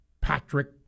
Patrick